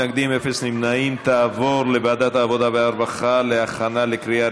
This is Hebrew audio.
(מקום קבורתו של נפגע והוראות לעניין הוצאות